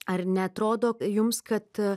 ar neatrodo jums kad